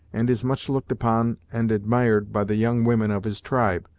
and is much looked upon and admired by the young women of his tribe,